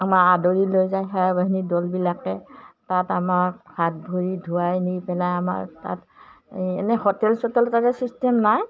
আমাৰ আদৰি লৈ যায় সেৱা বাহিনী দলবিলাকে তাত আমাক হাত ভৰি ধুৱাই নি পেলাই আমাৰ তাত এই এনেই হোটেল চটেল তাতে চিষ্টেম নাই